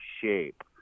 shape